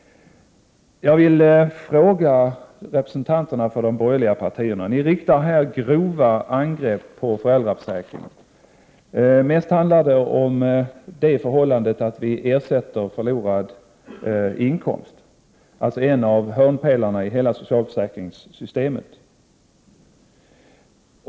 Jag vänder mig sedan till representanterna för de borgerliga partierna. Ni riktar här grova angrepp mot föräldraförsäkringen. Mest handlar det om att vi ersätter förlorad inkomst. Det gäller alltså en av hörnpelarna i hela socialförsäkringssystemet.